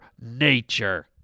nature